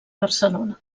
barcelona